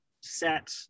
set